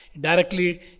directly